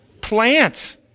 plants